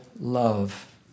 love